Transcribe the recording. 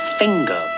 finger